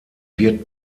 wird